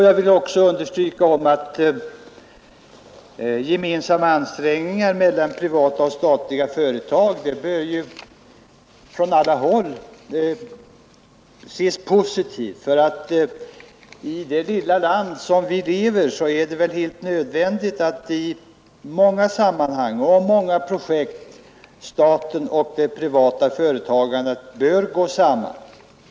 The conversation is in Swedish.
Jag betonar att gemensamma ansträngningar av privata och statliga företag bör från alla håll ses positivt. I det lilla land som vi lever i är det väl helt nödvändigt att i många sammanhang och i många projekt staten och det privata företagandet går samman.